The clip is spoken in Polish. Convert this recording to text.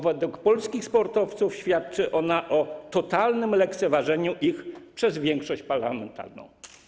Według polskich sportowców świadczy ona o totalnym lekceważeniu ich przez większość parlamentarną.